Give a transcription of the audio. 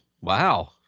wow